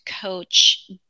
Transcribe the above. coach